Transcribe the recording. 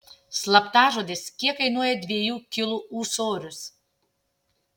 slaptažodis kiek kainuoja dviejų kilų ūsorius